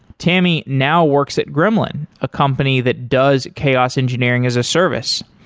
tammy now works at gremlin, a company that does chaos engineering as a service,